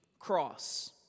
cross